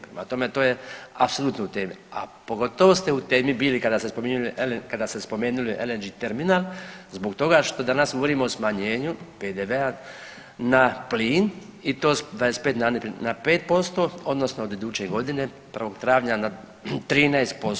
Prema tome, to je apsolutno u temi, a pogotovo ste u temi bili kada ste spominjali, kada ste spomenuli LNG terminal zbog toga što danas govorimo o smanjenju PDV-a na plin i to s 25 na 5% odnosno od iduće godine 1. travnja na 13%